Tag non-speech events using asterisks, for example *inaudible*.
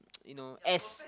*noise* you know as